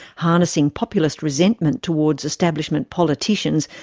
harnessing populist resentment towards establishment politicians,